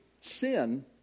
sin